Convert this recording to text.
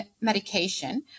medication